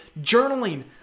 Journaling